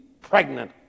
pregnant